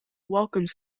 welcomes